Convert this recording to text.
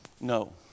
No